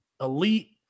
elite